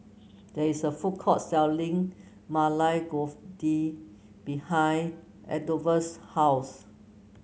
there is a food court selling Maili Kofta behind Adolphus' house